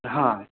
हँ